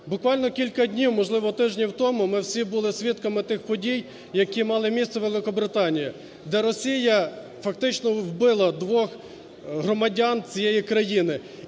Буквально кілька днів, можливо, тижнів тому ми всі були свідками тих подій, які мали місце у Великобританії, де Росія фактично вбила двох громадян цієї країни.